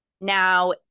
Now